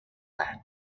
that